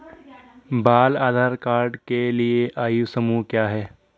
बाल आधार कार्ड के लिए आयु समूह क्या है?